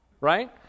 Right